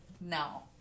now